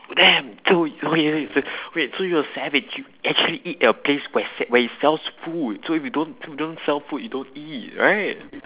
damn dude okay wait so you're a savage you actually eat a place where's a~ where it sells food so if you don't you don't sell food you don't eat right